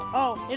oh, in